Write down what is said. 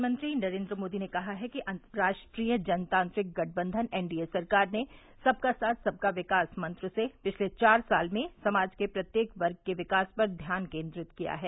प्रधानमंत्री नरेन्द्र मोदी ने कहा है कि राष्ट्रीय जनतांत्रिक गठबंधन एनडीए सरकार ने सबका साथ सबका विकास मंत्र से पिछले चार साल में समाज के प्रत्येक वर्ग के विकास पर ध्यान केन्द्रित किया है